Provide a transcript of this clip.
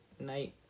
Night